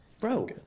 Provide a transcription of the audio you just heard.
Bro